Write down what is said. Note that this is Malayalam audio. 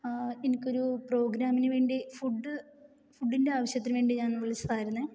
എനിക്കൊരു പ്രോഗ്രാമിനു വേണ്ടി ഫുഡ്ഡ് ഫുഡ്ഡിൻ്റെ ആവശ്യത്തിന് വേണ്ടി ഞാൻ വിളിച്ചതായിരുന്നു